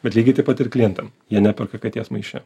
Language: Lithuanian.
bet lygiai taip pat ir klientam jie neperka katės maiše